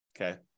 okay